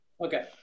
Okay